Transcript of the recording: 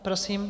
Prosím.